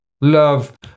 love